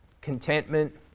contentment